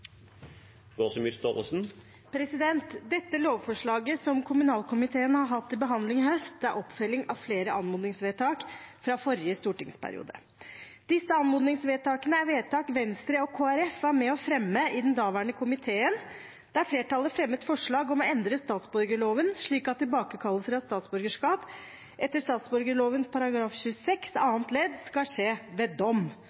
oppfølging av flere anmodningsvedtak fra forrige stortingsperiode. Disse anmodningsvedtakene er vedtak Venstre og Kristelig Folkeparti var med og fremmet i den daværende komiteen, der flertallet fremmet forslag om å endre statsborgerloven slik at tilbakekallelse av statsborgerskap etter statsborgerloven § 26